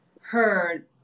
heard